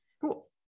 Cool